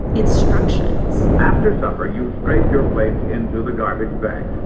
instructions after supper, you scrape your plate into the garbage bag.